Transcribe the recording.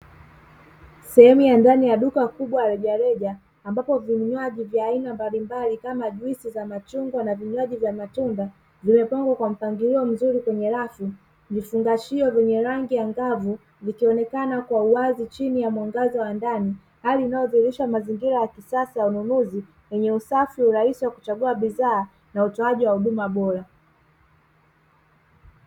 Sehemu ya ndani la duka kubwa na rejareja, ambapo vinywaji vya aina mbalimbali kama juisi za machungwa na vinywaji vya matunda vimepangwa kwa mpangilio mzuri kwenye rafu vifungashio vyenye rangi ya angavu vikionekana kwa uwazi chini ya mwangaza wa ndani; hali inayodhihirisha mazingira ya kisasa ya ununuzi, yenye usafi, urahisi wa kuchagua bidhaa na utoaji wa huduma bora.